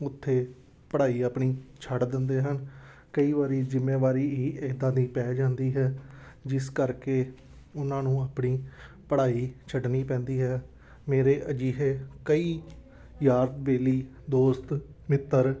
ਉੱਥੇ ਪੜ੍ਹਾਈ ਆਪਣੀ ਛੱਡ ਦਿੰਦੇ ਹਨ ਕਈ ਵਾਰ ਜਿੰਮੇਵਾਰੀ ਹੀ ਇੱਦਾਂ ਦੀ ਪੈ ਜਾਂਦੀ ਹੈ ਜਿਸ ਕਰਕੇ ਉਹਨਾਂ ਨੂੰ ਆਪਣੀ ਪੜ੍ਹਾਈ ਛੱਡਣੀ ਪੈਂਦੀ ਹੈ ਮੇਰੇ ਅਜਿਹੇ ਕਈ ਯਾਰ ਬੇਲੀ ਦੋਸਤ ਮਿੱਤਰ